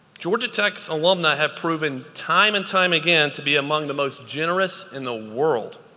georgia tech's alumni have proven time and time again to be among the most generous in the world.